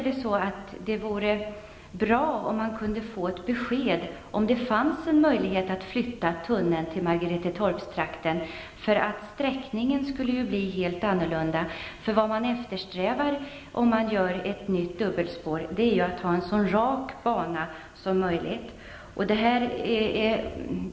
Det vore bra om man kunde få ett besked om det fanns en möjlighet att flytta tunneln till Margeretetorpstrakten, eftersom sträckningen då skulle bli helt annorlunda. Vad man eftersträvar med ett nytt dubbelspår är att få en så rak bana som möjligt.